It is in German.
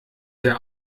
der